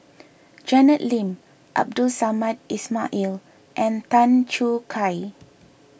Janet Lim Abdul Samad Ismail Air and Tan Choo Kai